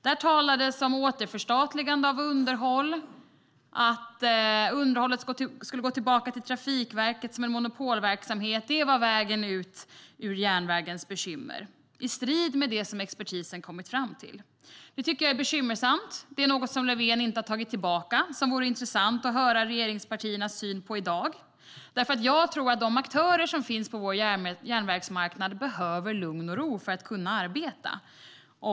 Det talades om återförstatligande av underhåll, att underhållet skulle gå tillbaka till Trafikverket som en monopolverksamhet. Det var vägen ut ur järnvägens bekymmer, i strid med det som expertisen kommit fram till. Det tycker jag är bekymmersamt. Det är något som Löfven inte har tagit tillbaka. Det vore intressant att höra regeringspartiernas syn på det i dag. Jag tror nämligen att de aktörer som finns på vår järnvägsmarknad behöver lugn och ro för att kunna arbeta.